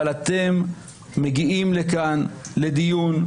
אבל אתם מגיעים לכאן לדיון,